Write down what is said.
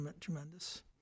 tremendous